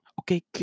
Okay